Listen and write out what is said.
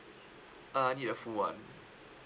uh I need a full one